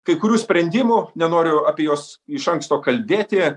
kai kurių sprendimų nenoriu apie juos iš anksto kalbėti